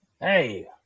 hey